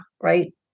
right